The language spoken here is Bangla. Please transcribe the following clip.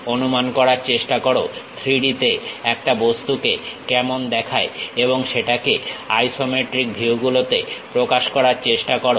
অনুমান করার চেষ্টা করো 3D তে একটা বস্তুকে কেমন দেখায় এবং সেটাকে আইসোমেট্রিক ভিউগুলোতে প্রকাশ করার চেষ্টা করো